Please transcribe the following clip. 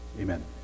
Amen